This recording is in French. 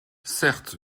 certes